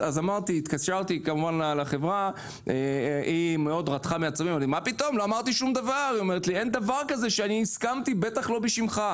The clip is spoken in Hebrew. היא אמרה שהיא לא אמרה שום דבר ואין דבר הזה שהיא הסכימה ובטח לא בשמי.